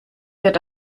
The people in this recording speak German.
wird